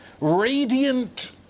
radiant